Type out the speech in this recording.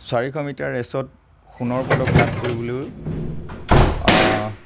চাৰিশ মিটাৰ ৰেচত সোণৰ পদক লাভ কৰিবলৈও